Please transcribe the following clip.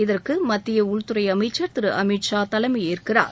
இதற்கு மத்திய உள்துறை அமைச்சர் திரு அமித் ஷா தலைமையேற்கிறார்